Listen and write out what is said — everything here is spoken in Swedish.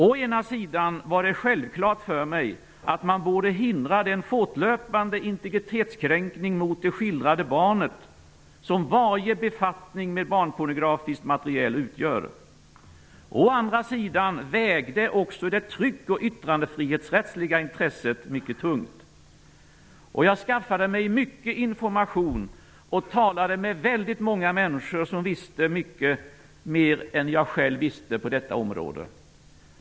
Å ena sidan var det självklart för mig att man borde hindra den fortlöpande integritetskränkning mot det skildrade barnet som varje befattning med barnpornografiskt material utgör. Å andra sidan vägde också det tryck och yttrandefrihetsrättsliga intresset mycket tungt. Jag skaffade mig mycket information och talade med väldigt många människor som visste mycket mer än jag själv visste på detta område.